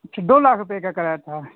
अच्छा दो लाख रुपये का कराया था